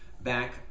back